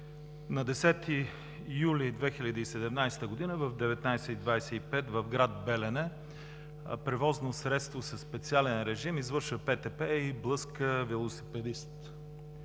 на 10 юли 2017 г. в 19,25 ч. в град Белене превозно средство със специален режим извършва ПТП и блъска велосипедист.